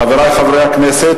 חברי חברי הכנסת,